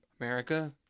America